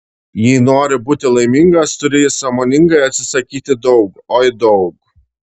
jei nori būti laimingas turi sąmoningai atsisakyti daug oi daug